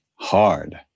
hard